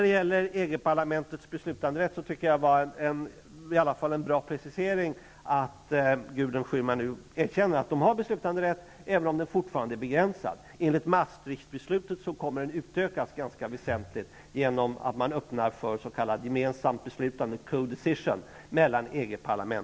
Det var i alla fall en bra precisering att Gudrun Schyman nu erkände att EG-parlamentet har en beslutanderätt, även om den fortfarande är begränsad. Enligt Maastrichtbeslutet kommer den att utökas ganska väsentligt genom att man öppnar för s.k. gemensamt beslutande, co-decision, mellan